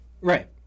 Right